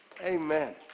Amen